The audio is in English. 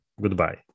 goodbye